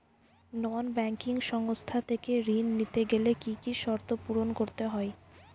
নন banking সংস্থা থেকে ঋণ নিতে গেলে কি কি শর্ত পূরণ করতে হয়?